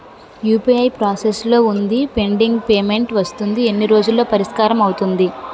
UPI process లో వుందిపెండింగ్ payment వస్తుంది ఎన్ని రోజుల్లో పరిష్కారం అవుతుంది